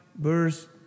verse